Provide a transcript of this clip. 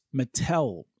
Mattel